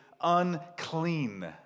unclean